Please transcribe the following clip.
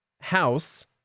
House